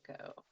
go